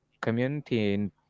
community